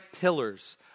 pillars